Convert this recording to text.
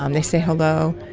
um they say hello,